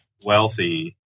wealthy